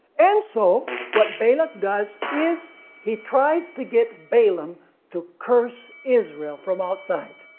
and so what balak does is he tries to get balaam to curse israel from outside.